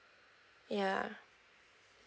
ya